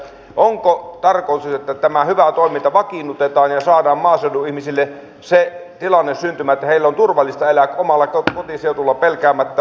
onko tarkoitus että tämä hyvä toiminta vakiinnutetaan ja saadaan maaseudun ihmisille se tilanne syntymään että heillä on turvallista elää omalla kotiseudullaan pelkäämättä pimeitä iltoja